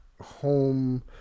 home